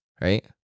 right